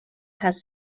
has